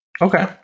Okay